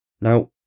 Now